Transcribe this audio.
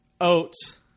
oats